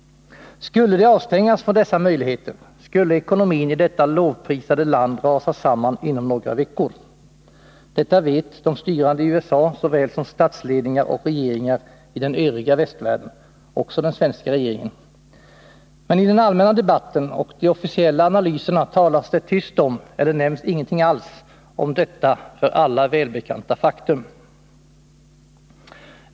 Skulle USA avstängas från dessa möjligheter skulle ekonomin i detta lovprisade land rasa samman inom några veckor. Detta vet såväl de styrande i USA som statsledningar och regeringar i den övriga västvärlden, också den svenska regeringen. Men i den allmänna debatten och de officiella analyserna talas det tyst eller nämns ingenting alls om detta för alla välbekanta faktum.